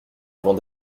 avant